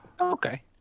Okay